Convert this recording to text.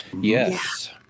Yes